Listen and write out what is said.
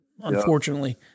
unfortunately